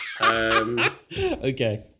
okay